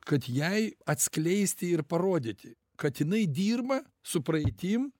kad jai atskleisti ir parodyti kad jinai dirba su praeitim